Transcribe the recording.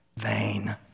vain